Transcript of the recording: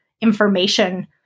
information